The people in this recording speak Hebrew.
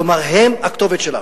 כלומר, הם הכתובת שלנו.